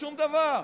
בשום דבר,